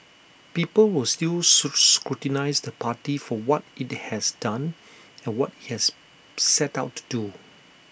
people will still scrutinise the party for what IT has done and what IT has set out to do